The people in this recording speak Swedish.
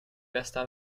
bästa